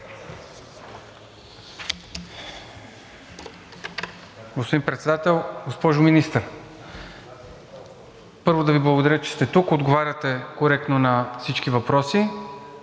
Господин Председател! Госпожо Министър, първо да Ви благодаря, че сте тук и отговаряте коректно на всички въпроси.